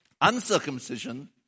uncircumcision